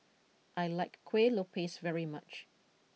I like Kuih Lopes very much